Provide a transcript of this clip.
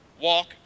walk